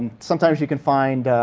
sometimes, you can find